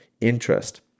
interest